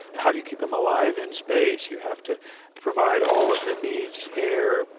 how do you keep him alive in space? you have to provide all of the needs air,